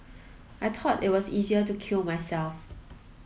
I thought it was easier to kill myself